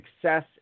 success